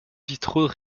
vitraux